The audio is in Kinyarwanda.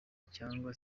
cyangwa